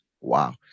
Wow